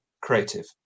creative